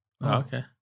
Okay